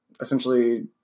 essentially